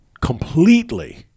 completely